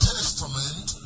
Testament